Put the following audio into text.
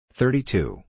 thirty-two